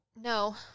No